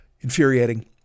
Infuriating